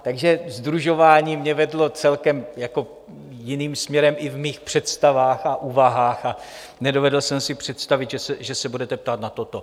Takže sdružování mě vedlo celkem jiným směrem i v mých představách a úvahách a nedovedl jsem si představit, že se budete ptát na toto.